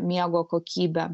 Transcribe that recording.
miego kokybę